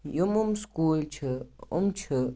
یِم یِم سکوٗل چھِ یِم چھِ